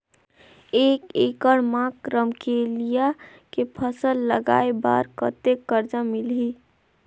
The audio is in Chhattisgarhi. एक एकड़ मा रमकेलिया के फसल लगाय बार कतेक कर्जा मिलही?